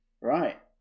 Right